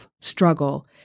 struggle